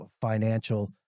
financial